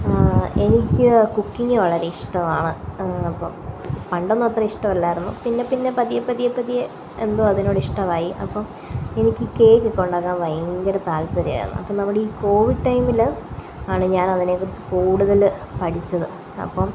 എനിക്ക് കുക്കിങ്ങ് വളരെ ഇഷ്ടമാണ് അപ്പം പണ്ടൊന്നും അത്ര ഇഷ്ടം അല്ലായിരുന്നു പിന്നെപ്പിന്നെ പതിയെപ്പതിയെപ്പതിയെ എന്തോ അതിനോട് ഇഷ്ടവായി അപ്പോൾ എനിക്ക് കേക്ക് ഒക്കെ ഉണ്ടാക്കാൻ ഭയങ്കര താല്പര്യമായിരുന്നു അപ്പോൾ നമ്മുടെ ഈ കോവിഡ് ടൈമില് ആണ് ഞാനതിനെ കുറിച്ച് കൂടുതല് പഠിച്ചത് അപ്പം